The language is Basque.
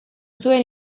zuen